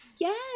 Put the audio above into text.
Yes